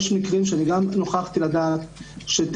נוכחתי לדעת שיש מקרים,